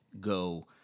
go